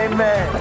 Amen